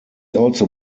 also